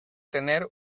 tener